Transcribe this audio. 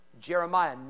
Jeremiah